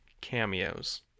cameos